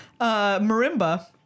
Marimba